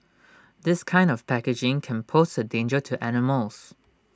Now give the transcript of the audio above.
this kind of packaging can pose A danger to animals